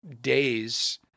days